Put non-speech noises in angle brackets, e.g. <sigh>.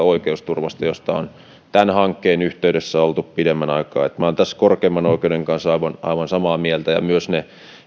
<unintelligible> oikeusturvasta josta on tämän hankkeen yhteydessä oltu huolissaan pidemmän aikaa minä olen tässä korkeimman oikeuden kanssa aivan samaa mieltä ja myös ne